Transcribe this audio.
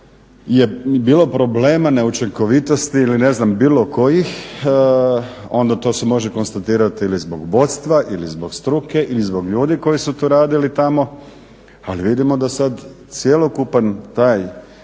je bilo problema neučinkovitosti ili ne znam bilo kojih onda to se može konstatirati ili zbog vodstva ili zbog struke ili zbog ljudi koji su to radili tamo, ali vidimo da sad cjelokupan taj